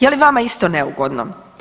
Je li vama isto neugodno?